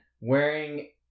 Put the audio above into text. wearing